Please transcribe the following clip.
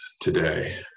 today